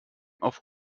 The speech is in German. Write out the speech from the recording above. auf